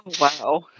Wow